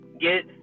get